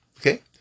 Okay